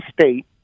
state